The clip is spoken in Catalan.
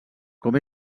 com